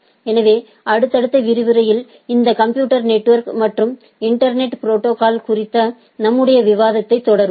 எனவே அடுத்தடுத்த விரிவுரையில் இந்த கம்ப்யூட்டர் நெட்ஒர்க் மற்றும் இன்டர்நெட் ப்ரோடோகால்ஸ் குறித்த நம்முடைய விவாதத்தைத் தொடருவோம்